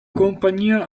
compagnia